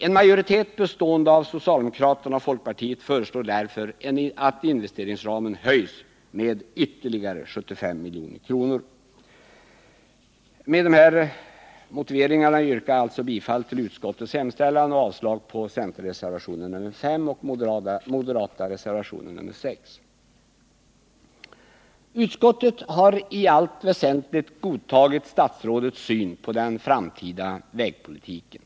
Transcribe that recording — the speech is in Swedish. En majoritet bestående av socialdemokrater och folkpartister föreslår därför att investeringsramen höjs med ytterligare 75 milj.kr. Med dessa motiveringar yrkar jag alltså i denna del bifall till utskottets hemställan och avslag på centerreservationen 5 och den moderata reservationen 6. Utskottets majoritet har i allt väsentligt godtagit statsrådets syn på den framtida vägpolitiken.